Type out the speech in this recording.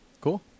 Cool